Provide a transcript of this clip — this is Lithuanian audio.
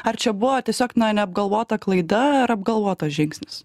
ar čia buvo tiesiog na neapgalvota klaida ar apgalvotas žingsnis